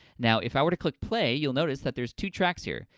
now, if i were to click play, you'll notice that there's two tracks here.